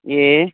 ए